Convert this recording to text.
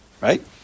Right